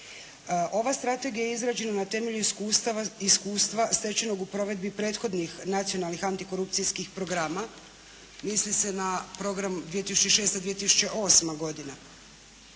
Ova strategija je izrađena na temelju iskustva stečenog u provedbi prethodnih nacionalnih antikorupcijskih programa, misli se na program 2006./2008. godina.